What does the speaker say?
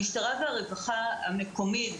המשטרה והרווחה המקומית,